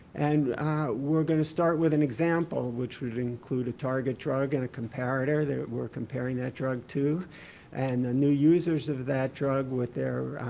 and ah we're going to start with an example which would include a target drug and a comparator that we're comparing that drug to and the new users of that drug with their,